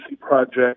Project